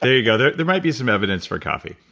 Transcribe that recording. there you go. there there might be some evidence for coffee,